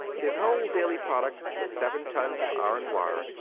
his whole daily product was seven tons of iron wire,